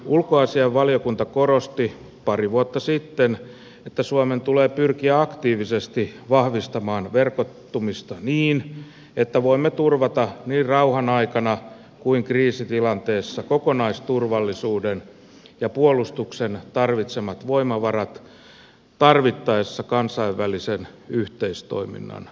ulkoasiainvaliokunta korosti pari vuotta sitten että suomen tulee pyrkiä aktiivisesti vahvistamaan verkottumista niin että voimme turvata niin rauhan aikana kuin kriisitilanteessa kokonaisturvallisuuden ja puolustuksen tarvitsemat voimavarat tarvittaessa kansainvälisen yhteistoiminnan kautta